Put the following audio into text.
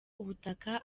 ubutaka